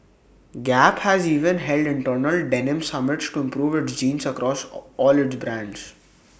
gap has even held internal denim summits to improve its jeans across all its brands